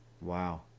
Wow